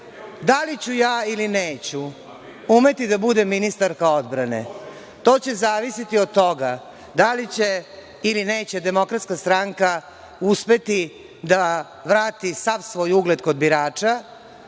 li ću ja ili neću umeti da budem ministarka odbrane, to će zavisiti od toga da li će ili neće DS uspeti da vrati sav svoj ugled kod birača,